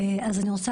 אז אני רוצה,